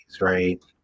right